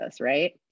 right